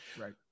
Right